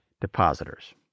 depositors